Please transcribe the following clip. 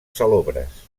salobres